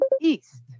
east